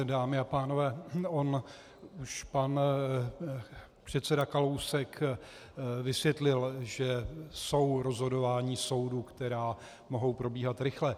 Dámy a pánové, on už pan předseda Kalousek vysvětlil, že jsou rozhodování soudu, která mohou probíhat rychle.